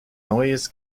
neues